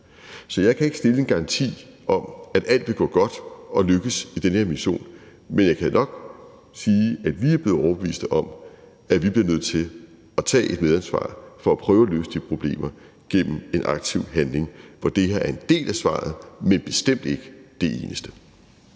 Så jeg kan ikke stille en garanti om, at alt vil gå godt og lykkes i den her mission, men jeg kan nok sige, at vi er blevet overbeviste om, at vi bliver nødt til at tage et medansvar for at prøve at løse de problemer gennem en aktiv handling, hvor det her er en del af svaret, men bestemt ikke det eneste.